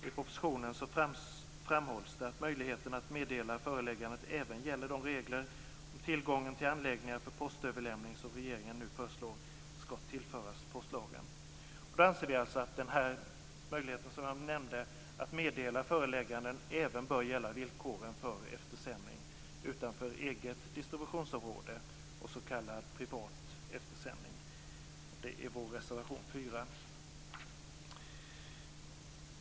I propositionen framhålls det att möjligheten att meddela föreläggande även gäller de regler om tillgången till anläggningar för postöverlämning som regeringen föreslår skall tillföras postlagen. Vi anser att möjligheten som jag nämnde, att meddela förelägganden, även bör gälla villkoren för eftersändning utanför eget distributionsområde och för s.k. privat eftersändning. Detta skriver vi i vår reservation 4.